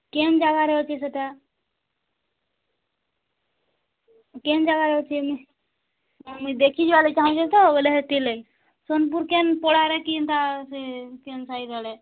କେଉଁ ଜାଗାରେ ଅଛି ସେଇଟା କେଉଁ ଜାଗାରେ ଅଛି ଏଇନେ ହଁ ମୁଇଁ ଦେଖି ଯିବା ଲାଗି ଚାଁହୁଛି ତ ବୋଲେ ସେଥି ଲାଗି ସୋନପୁର୍ କେ ପଳାରେ କେଉଁ ସେ କେଉଁ ସାହି ତଳେ